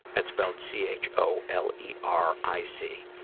that's spelled c h o l e r i c,